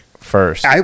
first